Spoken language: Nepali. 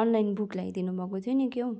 अनलाइन बुक ल्याइदिनुभएको थियो नि क्या हौ